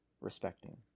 respecting